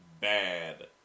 bad